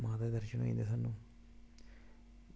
माता दे दर्शन होए स्हानू